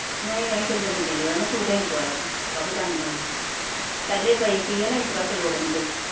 ਨਹੀਂ ਨਹੀਂ ਟੇਲਰ ਨਹੀਂ ਚੇਂਜ ਕਰਿਆ ਮੈਂ ਸੂਟ ਏ ਨਹੀਂ ਸਵਾਇਆ ਕਾਫੀ ਟਾਈਮ ਤੋਂ ਹੁਣ ਪਹਿਲੇ ਪਏ ਸੀਗੇ ਨਾ ਇਸ ਕਰਕੇ ਲੋੜ ਨਹੀਂ ਪਈ